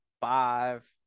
five